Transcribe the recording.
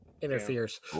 interferes